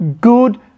good